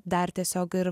dar tiesiog ir